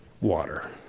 Water